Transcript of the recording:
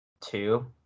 two